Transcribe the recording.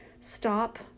Stop